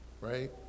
right